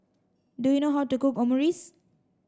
do you know how to cook Omurice